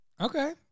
Okay